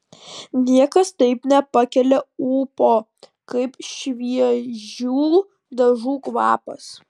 niekas taip nepakelia ūpo kaip šviežių dažų kvapas